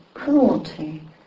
Cruelty